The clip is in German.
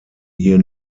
hier